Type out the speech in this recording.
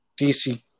DC